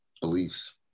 beliefs